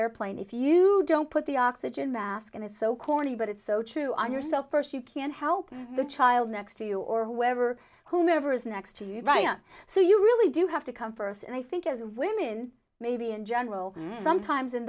airplane if you don't put the oxygen mask on his so corny but it's so true on yourself first you can't help the child next to you or whoever whomever is next to you via so you really do have to come first and i think as women maybe in general sometimes in